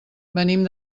venim